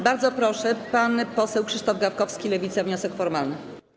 Bardzo proszę, pan poseł Krzysztof Gawkowski, Lewica, wniosek formalny.